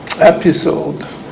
episode